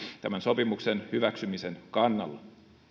tämän sopimuksen hyväksymisen kannalla